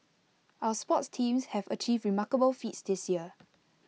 our sports teams have achieved remarkable feats this year